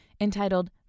entitled